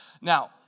Now